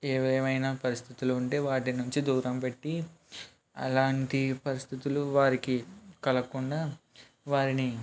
ఏవైమైనా పరిస్థితులు ఉంటే వాటి నుంచి దూరం పెట్టి అలాంటి పరిస్థితులు వారికీ కలుగకుండా వారిని